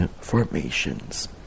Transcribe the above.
formations